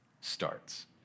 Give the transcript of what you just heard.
starts